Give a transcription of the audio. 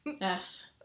Yes